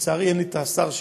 לצערי, אין לי שר שיענה,